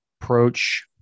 approach